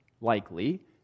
likely